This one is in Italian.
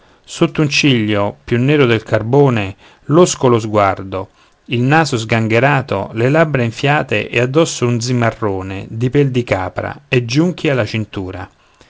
sotto un ciglio più nero del carbone losco lo sguardo il naso sgangherato le labbra enfiate e addosso un zimarrone di pel di capra e giunchi alla cintura